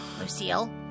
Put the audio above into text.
Lucille